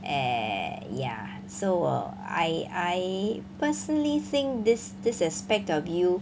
eh ya so 我 I I personally think this this aspect of you